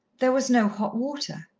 there was no hot water.